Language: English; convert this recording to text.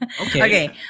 okay